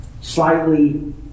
slightly